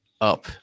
up